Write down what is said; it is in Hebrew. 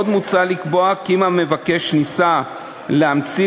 עוד מוצע לקבוע כי אם המבקש ניסה להמציא